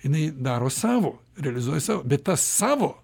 jinai daro savo realizuoja savo bet tas savo